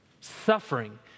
Suffering